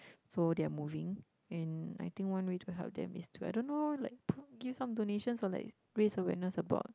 so they're moving and I think one way to help them is to I don't know like give some donations or like raise awareness about